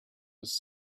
was